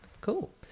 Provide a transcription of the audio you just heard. cool